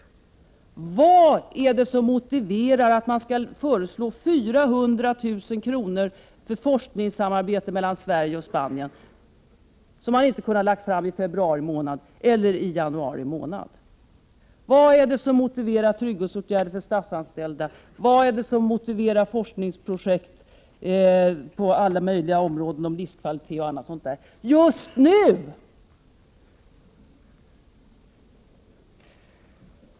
Vad är det som 26 april 1989 motiverar att regeringen nu och inte i februari eller i januari föreslår att ER z Sr ) Debatt vid remiss 400 000 kr. skall utgå till forskningssamarbete mellan Sverige och Spanien? Vad är det som motiverar att forskningsprojekt på alla möjliga områden, bl.a. om livskvalitet, läggs fram just nu?